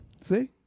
See